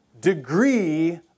degree